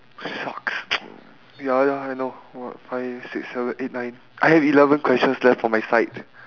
shucks ya ya I know I got I have six seven eight nine I have eleven questions left for my side